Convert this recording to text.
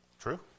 True